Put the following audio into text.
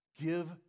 Give